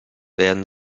werden